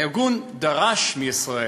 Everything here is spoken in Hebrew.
הארגון דרש מישראל,